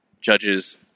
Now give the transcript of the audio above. judges